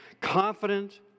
confident